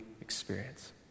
experience